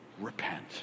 repent